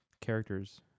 characters